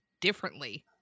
differently